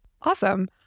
Awesome